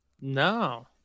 No